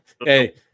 Hey